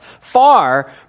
far